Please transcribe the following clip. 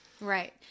Right